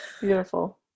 Beautiful